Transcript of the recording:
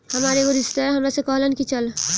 हामार एगो रिस्तेदार हामरा से कहलन की चलऽ